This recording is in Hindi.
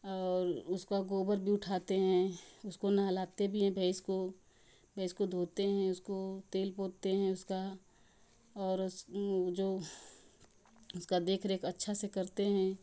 और उसका गोबर भी उठाते हैं उसको नहलाते भी हैं भैंस को भैंस को धोते है उसको तेल पोतते हैं उसका और उस जो उसका देखरेख अच्छा से करते हैं